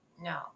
No